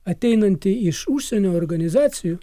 ateinantį iš užsienio organizacijų